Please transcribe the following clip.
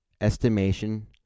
estimation